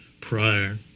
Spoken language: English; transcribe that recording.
prior